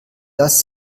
dass